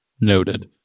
Noted